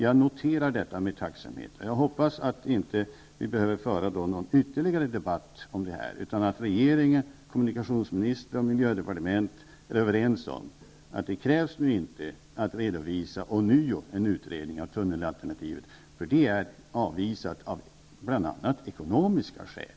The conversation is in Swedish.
Jag noterar detta med tacksamhet. Jag hoppas att vi inte behöver föra någon ytterligare debatt om den frågan, utan att regeringen, kommunikationsministern och miljödepartement är överens om att det inte ånyo krävs en utredning av tunnelalternativet. Det är avvisat av bl.a. ekonomiska skäl.